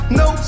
no